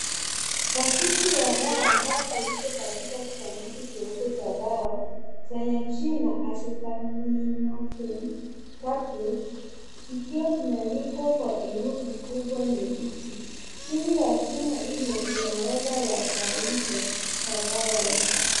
Pakiti ya dawa ambapo iko katika kisanduku cheupe cha dawa chenye jina Asicaminophin Tablets kikiwa kimeandikwa kwa herufi kubwa nyeusi chini ya jina hilo kuna orodha ya faida za dawa hii.